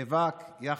מינימלית.